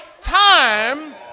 time